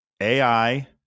ai